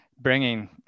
bringing